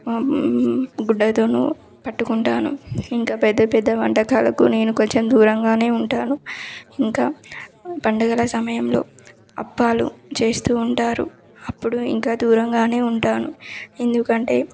గుడ్డతో పట్టుకుంటాను ఇంకా పెద్ద పెద్ద వంటకాలకు నేను కొంచెం దూరంగా ఉంటాను ఇంకా పండుగల సమయంలో అప్పాలు చేస్తు ఉంటారు అప్పుడు ఇంకా దూరంగా ఉంటాను ఎందుకంటే